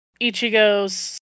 Ichigo's